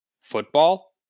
football